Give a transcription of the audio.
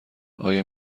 آیا